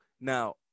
now